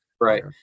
Right